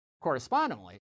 correspondingly